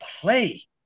play